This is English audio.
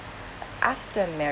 after mar~